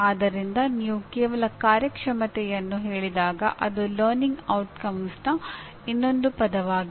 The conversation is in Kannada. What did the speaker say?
ಆದ್ದರಿಂದ ನೀವು ಕೇವಲ ಕಾರ್ಯಕ್ಷಮತೆಯನ್ನು ಹೇಳಿದಾಗ ಅದು ಕಲಿಕೆಯ ಪರಿಣಾಮದ ಇನ್ನೊಂದು ಪದವಾಗಿದೆ